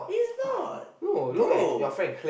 he's not bro